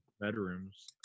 Bedrooms